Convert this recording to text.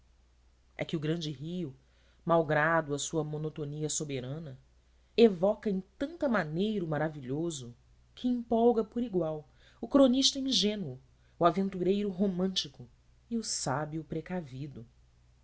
é que o grande rio malgrado a sua monotonia soberana evoca em tanta maneira o maravilhoso que empolga por igual o cronista ingênuo o aventureiro romântico e o sábio precavido